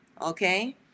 Okay